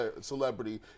celebrity